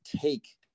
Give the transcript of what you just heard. take